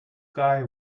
guy